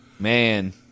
Man